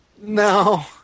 No